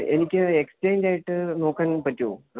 എനിക്ക് എക്സ്ചേഞ്ചായിട്ട് നോക്കാൻ പറ്റുമോ